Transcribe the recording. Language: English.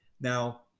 Now